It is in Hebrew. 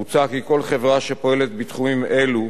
מוצע כי כל חברה שפועלת בתחומים אלה,